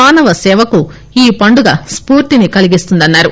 మానవసేవకు ఈ పండుగ స్పూర్తిని కల్గిస్తుందన్నారు